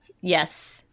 Yes